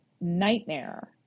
nightmare